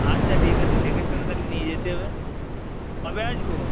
আচ্ছা ঠিক আছে দেখে শুনে তাহলে নিয়ে যেতে হবে কবে আসবো